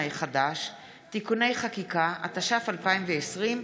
התש"ף 2020,